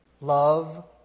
love